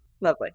Lovely